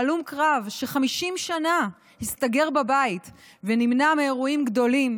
הלום קרב ש-50 שנה הסתגר בבית ונמנע מאירועים גדולים,